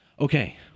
Okay